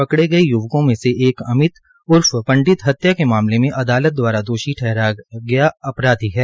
पकड़े गये युवाओं मे से एक अमित उर्फ पंडित हत्या के मामले में अदालत द्वारा दोषी ठहराया गया अपराधी है